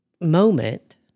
moment